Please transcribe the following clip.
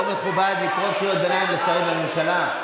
לא מכובד לקרוא קריאות ביניים לשרים בממשלה.